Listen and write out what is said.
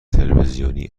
تلویزیونی